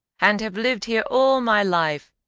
and have lived here all my life,